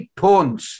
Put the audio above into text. tones